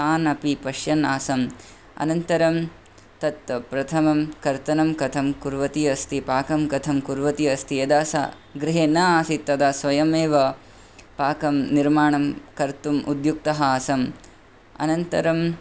तान् अपि पश्यन् आसम् अनन्तरं तत् प्रथमं कर्तनं कथं कुर्वती अस्ति पाकं कथं कुर्वती अस्ति यदा सा गृहे न आसीत् तदा स्वयम् एव पाकं निर्माणं कर्तुम् उद्युक्तः आसम् अनन्तरम्